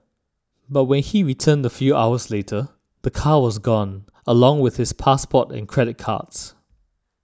but when he returned a few hours later the car was gone along with his passport and credit cards